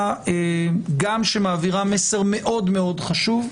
מעבירה מסר מאוד-מאוד חשוב,